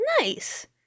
Nice